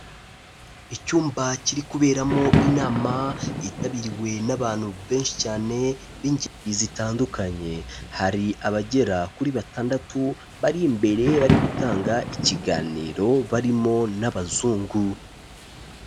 Icyumba kiri kuberamo inama yitabiriwe n'abantu benshi cyane b'ingeri zitandukanye, hari abagera kuri batandatu bari imbere bari gutanga ikiganiro barimo n'abazungu.